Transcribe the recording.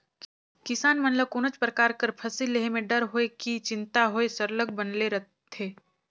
किसान मन ल कोनोच परकार कर फसिल लेहे में डर होए कि चिंता होए सरलग बनले रहथे